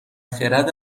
خرد